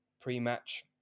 pre-match